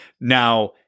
Now